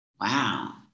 wow